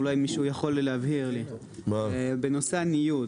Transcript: בנושא הניוד,